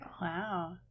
Wow